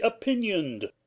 opinioned